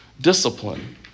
discipline